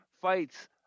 fights